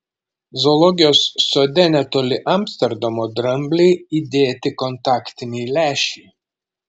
zoologijos sode netoli amsterdamo dramblei įdėti kontaktiniai lęšiai